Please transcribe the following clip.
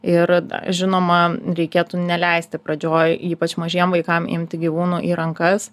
ir žinoma reikėtų neleisti pradžioj ypač mažiem vaikam imti gyvūnų į rankas